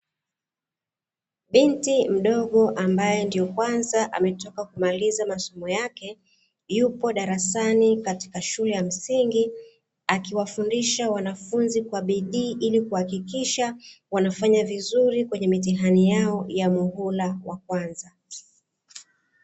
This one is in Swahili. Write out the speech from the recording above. Binti mdogo ambae ndio kwanza ametoka kumaliza masomo yake, yupo darasani katika shule ya msingi akiwafundisha wanafunzi kwa bidii, kuhakikisha wanafanya vizuri kwenye mitihani yao ya muhula wa kwanza.